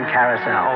Carousel